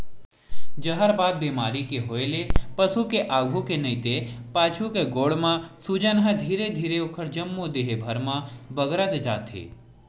जहरबाद बेमारी के होय ले पसु के आघू के नइते पाछू के गोड़ म सूजन ह धीरे धीरे ओखर जम्मो देहे भर म बगरत जाथे